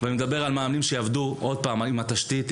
מאמנים שיעבדו עם התשתית,